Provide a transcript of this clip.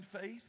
faith